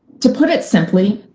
to put it simply,